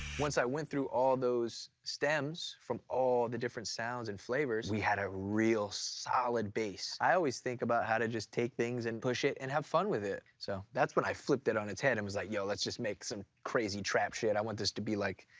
once i went through all those stems from all the different sounds and flavors, we had a real solid base. i always think about how to just take things and push it and have fun with it. so, that's when i just flipped it on its head and was like, yo, let's just make some crazy trap shit. i want this to be like